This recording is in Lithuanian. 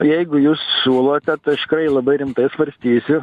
jeigu jūs siūlote tai aš tikrai labai rimtai svarstysiu